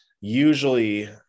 Usually